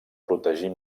protegir